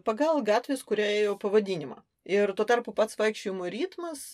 pagal gatvės kuria ėjo pavadinimą ir tuo tarpu pats vaikščiojimo ritmas